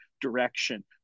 direction